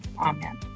Amen